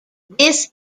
this